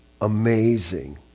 amazing